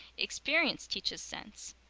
experience teaches sense.